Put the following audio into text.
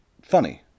funny